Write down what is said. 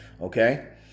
Okay